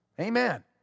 Amen